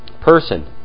person